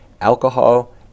alcohol